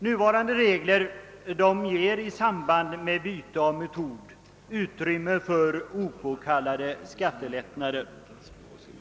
Nuvarande regler ger i samband med byte av metod utrymme för opåkallade skattelättnader.